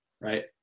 right